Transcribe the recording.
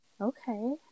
Okay